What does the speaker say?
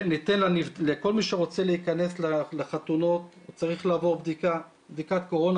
ניתן לכל מי שרוצה להיכנס לחתונות לעבור בדיקת קורונה,